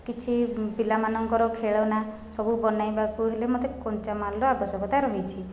କିଛି ପିଲାମାନଙ୍କର ଖେଳନା ସବୁ ବନାଇବାକୁ ହେଲେ ମୋତେ କଞ୍ଚାମାଲର ଆବଶ୍ୟକତା ରହିଛି